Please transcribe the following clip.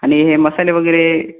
आणि हे मसाले वगैरे